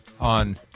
on